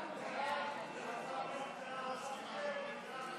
חוק שיקים ללא כיסוי (תיקון מס' 14),